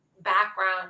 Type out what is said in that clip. background